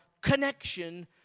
connection